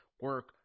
Work